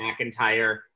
McIntyre